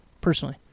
personally